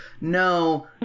No